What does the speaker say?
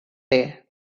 day